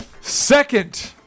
second